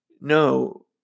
No